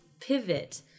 pivot